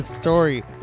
story